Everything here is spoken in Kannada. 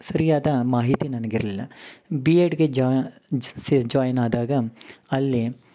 ಸರಿಯಾದ ಮಾಹಿತಿ ನನ್ಗೆ ಇರಲಿಲ್ಲ ಬಿ ಎಡ್ಗೆ ಜಾ ಸೇರಿ ಜಾಯ್ನ್ ಆದಾಗ ಅಲ್ಲಿ